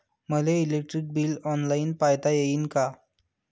मले electric bill online पायता येईन का?